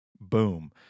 Boom